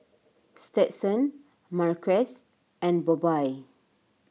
Stetson Marques and Bobbye